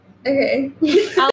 Okay